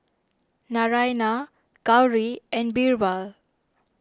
Naraina Gauri and Birbal